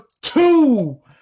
two